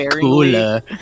cooler